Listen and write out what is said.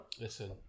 Listen